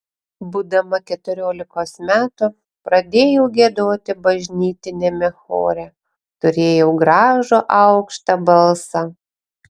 būdama keturiolikos metų pradėjau giedoti bažnytiniame chore turėjau gražų aukštą balsą